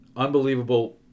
Unbelievable